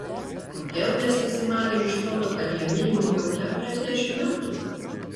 kodėl mes visi manėm iš foto kad jam minimum jau keturiasdešimt metų